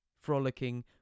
frolicking